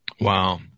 wow